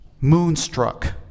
moonstruck